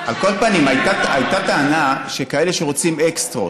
על כל פנים, הייתה טענה של כאלה שרוצים אקסטרות.